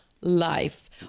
life